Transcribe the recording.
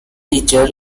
teacher